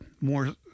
more